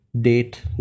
date